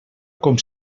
com